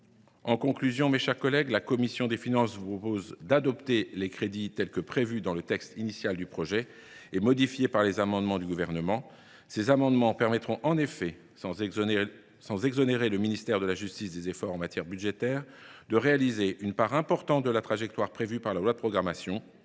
En conclusion, mes chers collègues, la commission des finances vous propose d’adopter les crédits tels que prévus dans le texte initial du projet de loi et modifiés par les amendements du Gouvernement. Ces amendements permettront en effet, sans exonérer le ministère de la justice des efforts budgétaires nécessaires, de réaliser une part importante de la trajectoire prévue par la loi de programmation